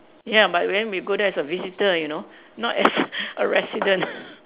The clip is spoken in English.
ya but then we go there as a visitor you know not as a resident